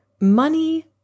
money